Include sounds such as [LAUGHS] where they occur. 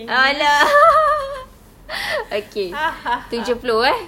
ah lah [LAUGHS] [BREATH] okay tujuh puluh eh